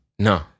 No